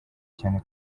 cyane